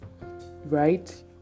right